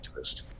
activist